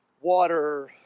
water